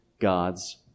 God's